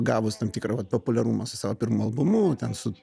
gavus tam tikrą vat populiarumą su savo pirmu albumu ten su